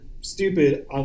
stupid